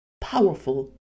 Powerful